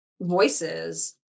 voices